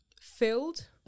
filled